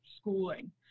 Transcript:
schooling